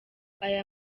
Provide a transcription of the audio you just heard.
aya